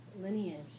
lineage